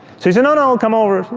so he said, no, no, come over.